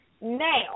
now